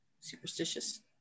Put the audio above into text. superstitious